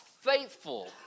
faithful